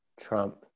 Trump